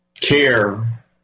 care